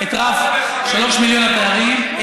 את רף שלושה מיליון התיירים,